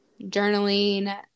journaling